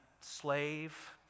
slave